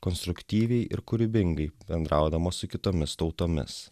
konstruktyviai ir kūrybingai bendraudamos su kitomis tautomis